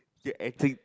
you're acting